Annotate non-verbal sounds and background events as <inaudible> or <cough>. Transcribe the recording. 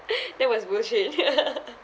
<laughs> that was bullshit <laughs>